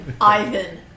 Ivan